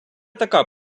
така